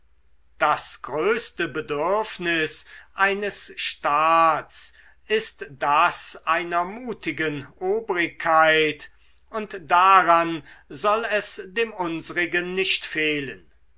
das größte bedürfnis eines staats ist das einer mutigen obrigkeit und daran soll es dem unsrigen nicht fehlen